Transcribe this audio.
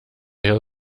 hier